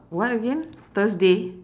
what again thursday